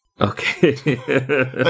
Okay